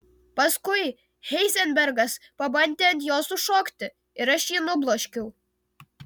paskui heizenbergas pabandė ant jos užšokti ir aš jį nubloškiau